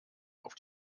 auf